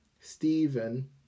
Stephen